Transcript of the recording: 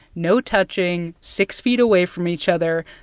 no touching, six feet away from each other.